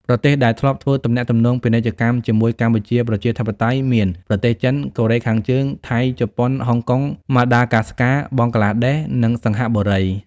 ប្រទេសដែលធ្លាប់ធ្វើទំនាក់ទំនងពាណិជ្ជកម្មជាមួយកម្ពុជាប្រជាធិបតេយ្យមាន ប្រទេសចិន កូរ៉េខាងជើង ថៃ ជប៉ុន ហុងកុង ម៉ាដាហ្គាស្កា បង់ក្លាដែស និងសិង្ហបុរី។